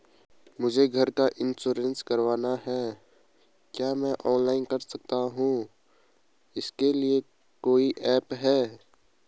मुझे घर का इन्श्योरेंस करवाना है क्या मैं ऑनलाइन कर सकता हूँ इसके लिए कोई ऐप है?